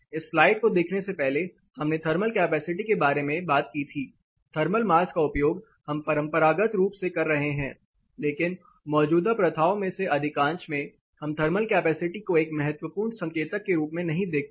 इस स्लाइड को देखने से पहले हमने थर्मल कैपेसिटी के बारे में बात की थी थर्मल मास का उपयोग हम परंपरागत रूप से कर रहे हैं लेकिन मौजूदा प्रथाओं में से अधिकांश में हम थर्मल कैपेसिटी को एक महत्वपूर्ण संकेतक के रूप में नहीं देखते हैं